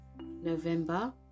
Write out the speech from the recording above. November